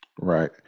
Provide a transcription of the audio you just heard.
Right